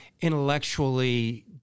intellectually